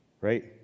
Right